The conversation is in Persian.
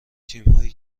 تیمهایی